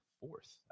fourth